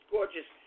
Gorgeous